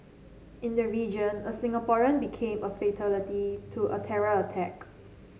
in the region a Singaporean became a fatality to a terror attack